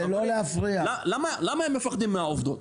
למה הם פוחדים מהעובדות?